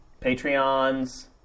Patreons